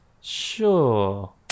Sure